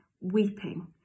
weeping